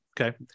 Okay